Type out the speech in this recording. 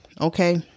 Okay